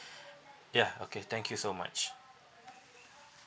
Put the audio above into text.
ya okay thank you so much